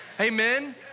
Amen